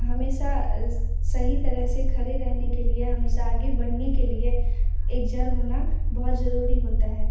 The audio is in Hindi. हमेशा सही तरह से खड़े रहने के लिए हमेशा आगे बढ़ने के लिए एक जड़ होना बहुत ज़रूरी होता है